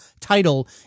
title